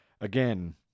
again